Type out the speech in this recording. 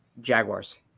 Jaguars